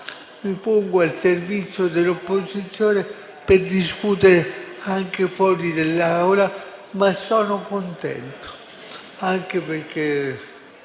Mi pongo al servizio dell'opposizione per discutere anche fuori dall'Aula, ma sono contento, anche perché